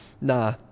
nah